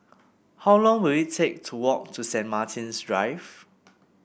how long will it take to walk to Saint Martin's Drive